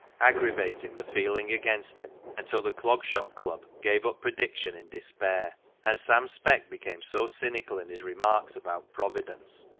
aggravating the feeling against him until the clog shop club gave up prediction in despair and sam speck became so cynical in his remarks about providence,